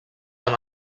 amb